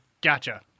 Gotcha